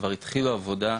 כבר התחילו עבודה,